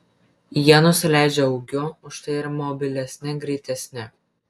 jie nusileidžia ūgiu užtai yra mobilesni greitesni